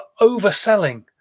overselling